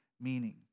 meaning